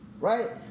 right